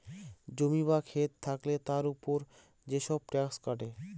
জমি বা খেত থাকলে তার উপর যেসব ট্যাক্স কাটে